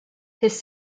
his